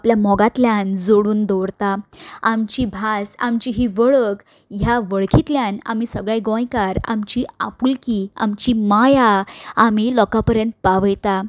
आपल्या मोगांतल्यान जोडून दवरता आमची भास आमची ही वळख ह्या वळखींतल्यान आमी सगळे गोंयकार आमची आपुलकी आमची माया आमी लोका पर्यंत पावयता